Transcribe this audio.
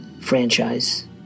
franchise